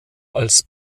als